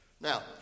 Now